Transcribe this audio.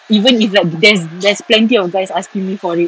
even if like there's there's plenty of guys asking me for it